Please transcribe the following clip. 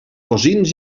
cosins